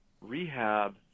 rehab